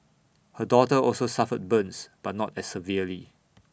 her daughter also suffered burns but not as severely